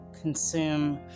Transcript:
consume